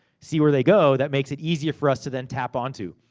see where they go. that makes it easier for us to then tap onto.